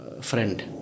friend